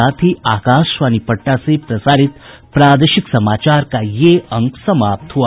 इसके साथ ही आकाशवाणी पटना से प्रसारित प्रादेशिक समाचार का ये अंक समाप्त हुआ